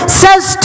says